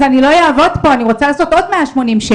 היא לא תעבוד אצלך כי היא רוצה לעשות עוד 180 שקלים.